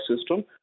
system